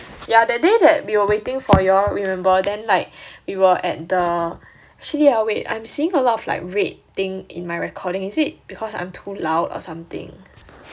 yeah that day that we were waiting for you all remember then like we were at the actually ah wait I'm seeing a lot of like red thing in my recording is it because I'm too loud or something